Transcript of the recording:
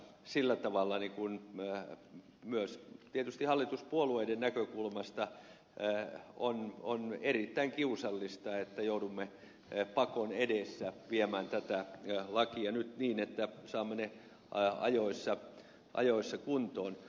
sillä tavalla myös tietysti hallituspuolueiden näkökulmasta on erittäin kiusallista että joudumme pakon edessä viemään tätä lakia nyt niin että saamme sen ajoissa kuntoon